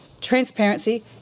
transparency